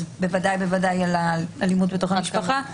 אז בוודאי על אלימות במשפחה.